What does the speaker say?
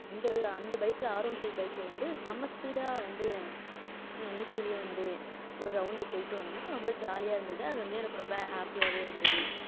அந்த இதில் அந்த பைக்கில் ஆர் ஒன் ஃபை பைக்ல வந்து செம்ம ஸ்பீடாக வந்து ஊட்டிலேயும் வந்து ஒரு ரௌண்டு போய்விட்டு வந்தோம் ரொம்ப ஜாலியாக இருந்தது அது வந்து எனக்கு ரொம்ப ஹாப்பியாகவே இருந்தது